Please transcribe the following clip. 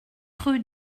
rue